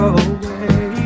away